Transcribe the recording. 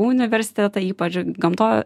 universitetą ypač gamto